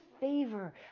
favor